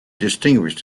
distinguished